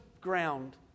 ground